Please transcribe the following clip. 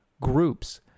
groups